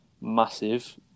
massive